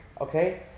okay